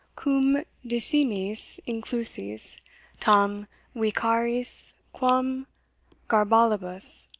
cum decimis inclusis tam vicariis quam garbalibus,